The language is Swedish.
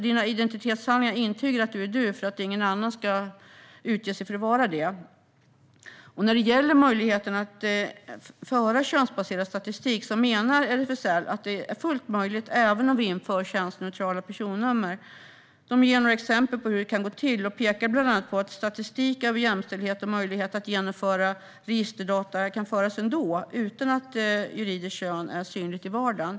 Dina identitetshandlingar intygar att du är du, för att ingen annan ska utge sig för att vara det. När det gäller möjligheten att föra könsbaserad statistik menar RFSL att detta är fullt möjligt även om vi inför könsneutrala personnummer. Man ger några exempel på hur det kan gå till och pekar bland annat på att statistik över jämställdhet kan föras ändå samt att möjlighet att samla registerdata finns ändå, utan att juridiskt kön är synligt i vardagen.